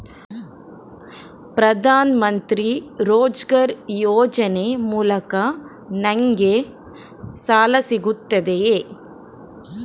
ಪ್ರದಾನ್ ಮಂತ್ರಿ ರೋಜ್ಗರ್ ಯೋಜನೆ ಮೂಲಕ ನನ್ಗೆ ಸಾಲ ಸಿಗುತ್ತದೆಯೇ?